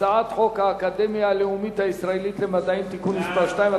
הצעת חוק האקדמיה הלאומית הישראלית למדעים (תיקון מס' 2),